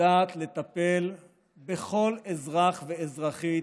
יודעת לטפל בכל אזרח ואזרחית